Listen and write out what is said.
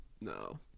No